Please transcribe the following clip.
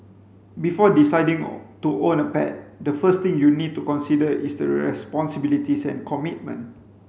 before deciding to own a pet the first thing you need to consider is the responsibilities and commitment